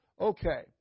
Okay